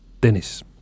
Dennis